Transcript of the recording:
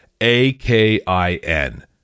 A-K-I-N